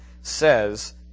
says